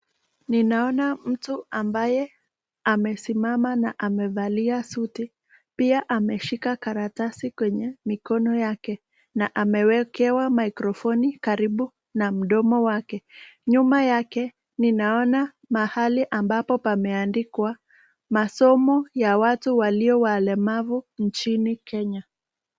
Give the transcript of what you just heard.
Ninaona mtu ambaye amesimama na amevalia suti. Pia ameshika karatasi kwenye mikono yake na amewekewa maikrofoni karibu na mdomo wake. Nyuma yake ninaona mahali ambapo pameandikwa: Masomo ya watu walio walemavu nchini Kenya.